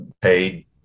Paid